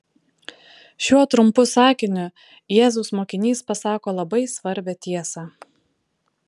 šiuo trumpu sakiniu jėzaus mokinys pasako labai svarbią tiesą